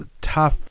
tough